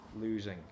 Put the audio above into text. losing